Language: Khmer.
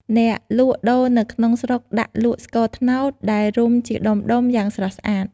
អ្នកលក់ដូរនៅក្នុងស្រុកដាក់លក់ស្ករត្នោតដែលរុំជាដុំៗយ៉ាងស្រស់ស្អាត។